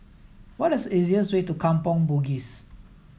what is easiest way to Kampong Bugis